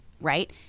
right